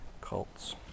cults